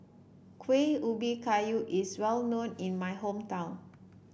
Kuih Ubi Kayu is well known in my hometown